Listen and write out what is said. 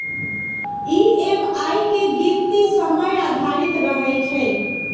EMI के गीनती समय आधारित रहै छइ